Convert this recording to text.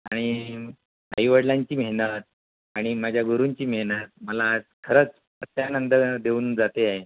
आणि आई वडिलांची मेहनत आणि माझ्या गुरुंची मेहनत मला आज खरंच अत्यानंद देऊन जाते आहे